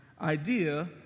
idea